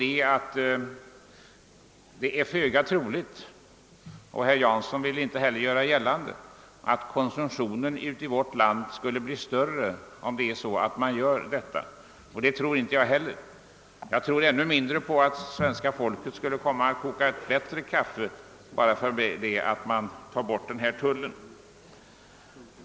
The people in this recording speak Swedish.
Det är nämligen föga troligt — herr Jansson ville inte heller göra det gällande — att konsumtionen i vårt land skulle bli större, om även denna tull försvann. Och jag tror ännu mindre på att svenska folket skulle komma att koka bättre kaffe bara för att man tar bort denna tull.